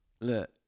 Look